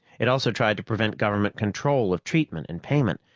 it also tried to prevent government control of treatment and payment,